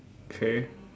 okay